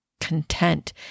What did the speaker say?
content